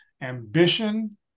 Ambition